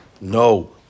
no